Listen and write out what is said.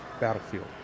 battlefield